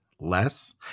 less